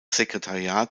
sekretariat